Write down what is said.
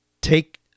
take